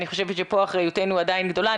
אני חושבת שפה אחריותנו עדיין גדולה.